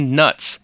nuts